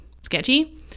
sketchy